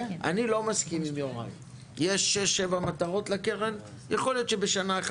אני לא מסכים עם יוראי; לקרן יש שש-שבע מטרות?